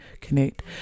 connect